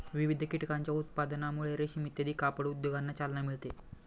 विविध कीटकांच्या उत्पादनामुळे रेशीम इत्यादी कापड उद्योगांना चालना मिळते